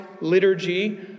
liturgy